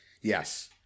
Yes